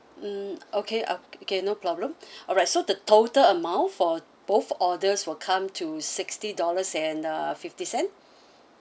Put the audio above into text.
mm okay uh okay no problem alright so the total amount for both orders will come to sixty dollars and uh fifty cent